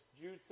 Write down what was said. Jude